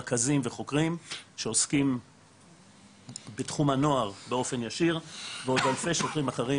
רכזים וחוקרים שעוסקים בתחום הנוער באופן ישיר ועוד אלפי שוטרים אחרים